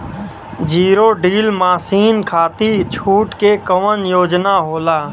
Zero डील मासिन खाती छूट के कवन योजना होला?